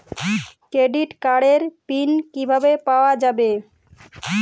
Credit কার্ডের PIN কিভাবে পাওয়া যাবে?